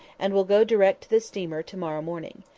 and will go direct to the steamer to-morrow morning.